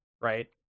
Right